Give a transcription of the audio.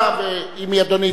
ואם אדוני יצטרך להתייחס,